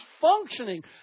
functioning